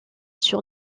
sur